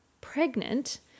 pregnant